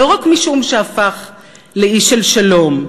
לא רק משום שהפך לאיש של שלום,